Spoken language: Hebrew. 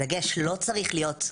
הדגש לא צריך להיות,